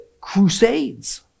Crusades